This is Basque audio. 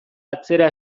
atzera